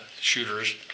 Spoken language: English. shooters